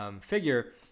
figure